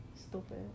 Stupid